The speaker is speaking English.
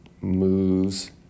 moves